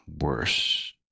worse